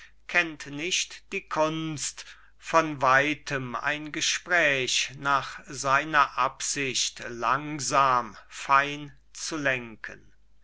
kennt nicht die kunst von weitem ein gespräch nach seiner absicht langsam fein zu lenken